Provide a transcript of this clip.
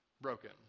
broken